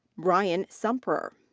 brian sumprer.